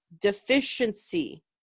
deficiency